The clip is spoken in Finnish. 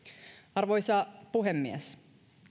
arvoisa puhemies